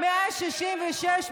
אז אחרי הפריימריז יהיה מטרו.